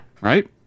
Right